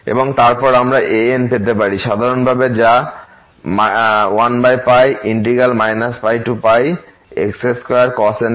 এবং তারপর আমরা an পেতে পারি সাধারণভাবে যা 1 πx2cos nx dx